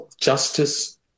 justice